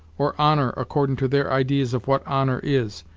or honor accordin' to their idees of what honor is,